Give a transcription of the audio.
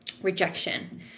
rejection